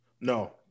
No